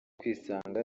kwisanga